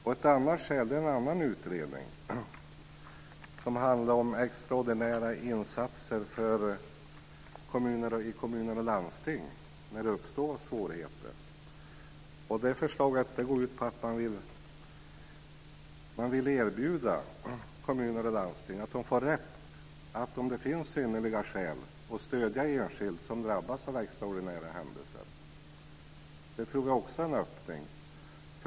I en annan utredning ges ett annat skäl. Den handlar om extraordinära insatser i kommuner och landsting när det uppstår svårigheter. Det förslaget går ut på att man vill erbjuda kommuner och landsting att de får rätt, om det finns synnerliga skäl, att stödja enskild som drabbas av extraordinära händelser. Det tror jag också är en öppning.